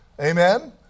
Amen